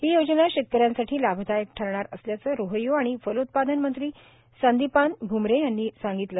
ही योजना शेतकऱ्यांसाठी लाभदायक ठरणार असल्याचे रोहयो आणि फलोत्पादन मंत्री संदिपान भूमरे यांनी सांगितले